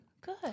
Good